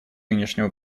нынешнего